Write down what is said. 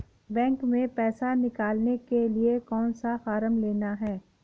Bank में पैसा निकालने के लिए कौन सा फॉर्म लेना है?